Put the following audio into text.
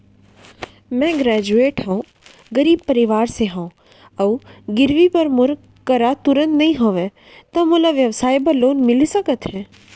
मैं ग्रेजुएट हव अऊ गरीब परवार से हव अऊ गिरवी बर मोर करा तुरंत नहीं हवय त मोला व्यवसाय बर लोन मिलिस सकथे?